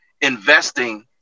investing